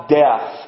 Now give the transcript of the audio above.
death